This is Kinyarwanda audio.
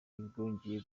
bwongeye